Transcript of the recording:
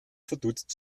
verdutzt